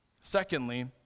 Secondly